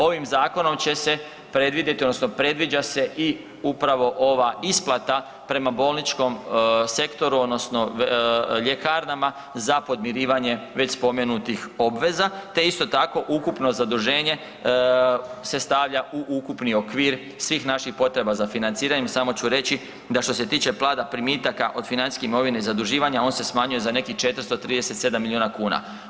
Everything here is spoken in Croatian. Ovim zakonom će se predvidjeti odnosno predviđa se i upravo ova isplata prema bolničkom sektoru odnosno ljekarnama za podmirivanje već spomenutih obveza te isto tako, ukupno zaduženje se stavlja u ukupni okvir svih naših potreba za financiranjem, samo ću reći, da što se tiče pada primitaka od financijske imovine i zaduživanja, on se smanjuje za nekih 437 milijuna kuna.